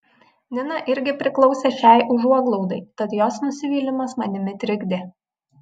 nina irgi priklausė šiai užuoglaudai tad jos nusivylimas manimi trikdė